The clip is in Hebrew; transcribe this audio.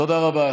תודה רבה.